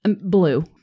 blue